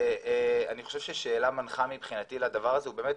אני חושב ששאלה מנחה מבחינתי לדבר הזה היא באמת